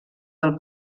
del